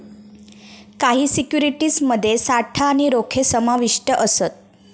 काही सिक्युरिटीज मध्ये साठा आणि रोखे समाविष्ट असत